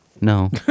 No